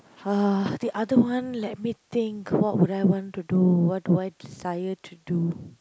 uh the other one let me think what would I want to do what will I desire to do